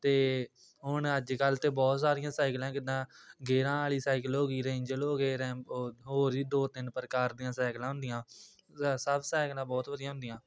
ਅਤੇ ਹੁਣ ਅੱਜ ਕੱਲ੍ਹ ਤਾਂ ਬਹੁਤ ਸਾਰੀਆਂ ਸਾਈਕਲਾਂ ਜਿੱਦਾਂ ਗੇਅਰਾਂ ਵਾਲੀ ਸਾਈਕਲ ਹੋ ਗਈ ਰੇਂਜਲ ਹੋ ਗਏ ਰੈਮ ਓ ਹੋਰ ਜੀ ਦੋ ਤਿੰਨ ਪ੍ਰਕਾਰ ਦੀਆਂ ਸਾਈਕਲਾਂ ਹੁੰਦੀਆਂ ਸਭ ਸਾਈਕਲਾਂ ਬਹੁਤ ਵਧੀਆ ਹੁੰਦੀਆਂ